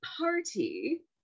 party